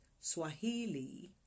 Swahili